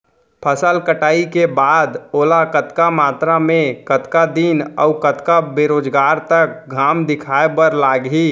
फसल कटाई के बाद ओला कतका मात्रा मे, कतका दिन अऊ कतका बेरोजगार तक घाम दिखाए बर लागही?